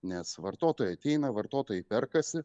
nes vartotojai ateina vartotojai perkasi